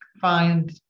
find